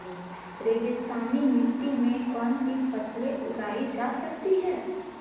रेगिस्तानी मिट्टी में कौनसी फसलें उगाई जा सकती हैं?